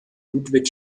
ludwig